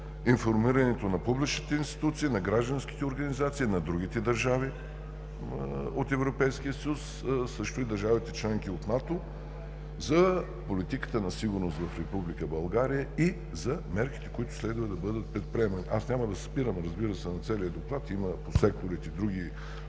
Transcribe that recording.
информирането на публичните институции, на гражданските организации, на другите държави от Европейския съюз, също и държавите членки от НАТО за политиката на сигурност в Република България и за мерките, които следва да бъдат предприемани. Няма да се спирам, разбира се, на целия доклад, има по секторите други